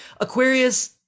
Aquarius